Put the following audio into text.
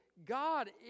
God